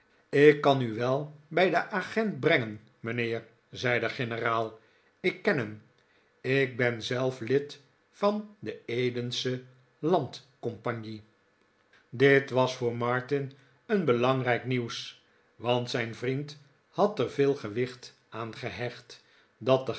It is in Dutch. ik kan u wel bij den agent brengen mijnheer zei de generaal ik ken hem ik ben zelf lid van de edensche landcompagnie dit was voor martin een belangrijk nieuws want zijn vriend had er veel gewicht aan gehecht dat